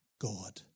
God